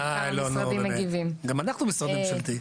אה, לאץ גם אנחנו משרד ממשלתי.